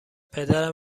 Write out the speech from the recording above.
پدرم